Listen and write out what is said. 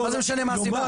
מה זה משנה מה הסיבה?